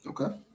Okay